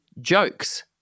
jokes